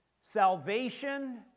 Salvation